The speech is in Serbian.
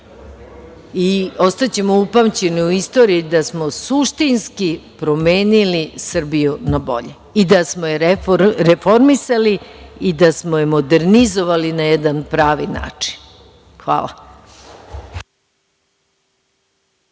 i ostaćemo upamćeni u istoriji da smo suštinski promenili Srbiju na bolje i da smo je reformisali i da smo je modernizovali na jedan pravi način. Hvala.